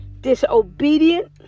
disobedient